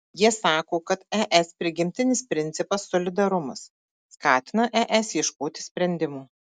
jie sako kad es prigimtinis principas solidarumas skatina es ieškoti sprendimų